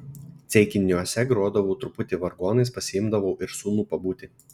ceikiniuose grodavau truputį vargonais pasiimdavau ir sūnų pabūti